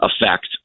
effect